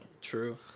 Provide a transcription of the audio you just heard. True